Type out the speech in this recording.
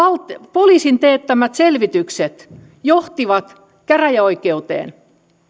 poliisin teettämät selvitykset johtivat käräjäoikeuteen